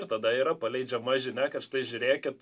ir tada yra paleidžiama žinia kad štai žiūrėkit